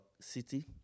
city